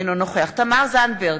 אינו נוכח תמר זנדברג,